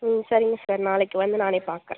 ம் சரிங்க சார் நாளைக்கு வந்து நானே பார்க்கறேன்